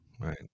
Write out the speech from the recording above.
Right